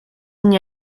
мне